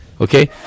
okay